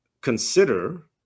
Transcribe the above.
consider